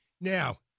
Now